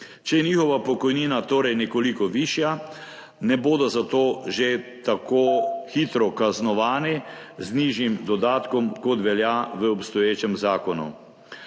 Če je njihova pokojnina torej nekoliko višja, za to ne bodo že tako hitro kaznovani z nižjim dodatkom, kot velja v obstoječem zakonu.